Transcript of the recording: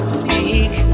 speak